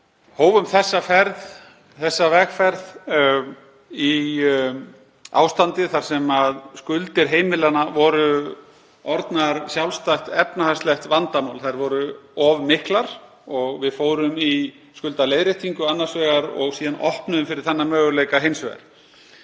hófum þessa vegferð í ástandi þar sem skuldir heimilanna voru orðnar sjálfstætt, efnahagslegt vandamál. Þær voru of miklar og við fórum í skuldaleiðréttingu annars vegar og síðan opnuðum við fyrir þennan möguleika hins vegar.